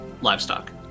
Livestock